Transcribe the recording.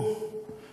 סמוכים לנמל,